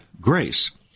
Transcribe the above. grace